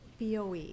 BOE